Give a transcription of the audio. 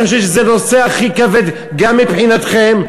אני חושב שזה הנושא הכי כבד גם מבחינתכם.